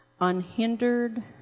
unhindered